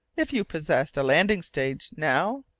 if you possessed a landing-stage, now?